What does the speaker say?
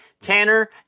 Tanner